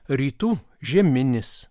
rytų žieminis